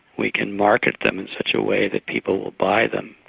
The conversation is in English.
we can market them in such a way that people will buy them,